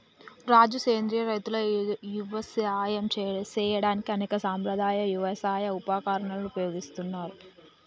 రాజు సెంద్రియ రైతులు యవసాయం సేయడానికి అనేక సాంప్రదాయ యవసాయ ఉపకరణాలను ఉపయోగిస్తారు